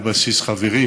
על בסיס חברי